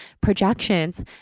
projections